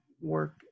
work